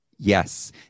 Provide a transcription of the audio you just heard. yes